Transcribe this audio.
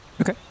Okay